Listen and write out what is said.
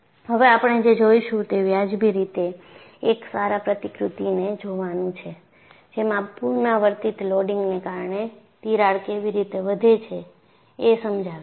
હવે આપણે જે જોઈશું તે વ્યાજબી રીતે એક સારા પ્રતિકૃતિને જોવાનું છે જેમાં પુનરાવર્તિત લોડિંગને કારણે તિરાડ કેવી રીતે વધે છે એ સમજાવે છે